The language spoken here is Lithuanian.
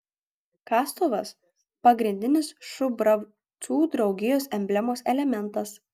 kastuvas pagrindinis šubravcų draugijos emblemos elementas